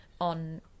on